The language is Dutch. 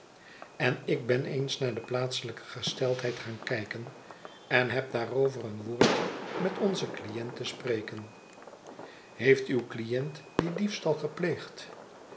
en ik ben eens naar de plaatselijke gesteldheid gaan kijken en heb daarover een woordje met onzen client te spreken heeft uw client dien diefstal gepleegd